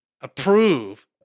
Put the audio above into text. approve